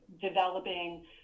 developing